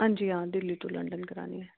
हां जी हां दिल्ली टू लंडन करानी ऐ